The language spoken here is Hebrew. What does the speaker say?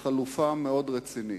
כחלופה מאוד רצינית.